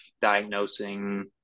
diagnosing